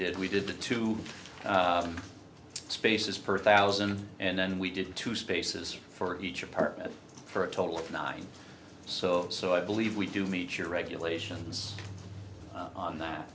did we did the two spaces per thousand and then we did two spaces for each apartment for a total of nine so so i believe we do meet your regulations on that